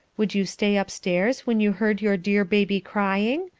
would you stay up-stairs when you heard your dear baby crying?